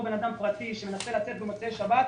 כאדם פרטי שמנסה לצאת במוצאי שבת,